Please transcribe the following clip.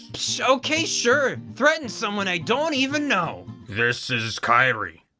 pshh okay sure, threaten someone i don't even know. this is is kairi.